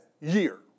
year